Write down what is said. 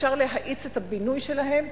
אפשר להאיץ את הבינוי שלהם,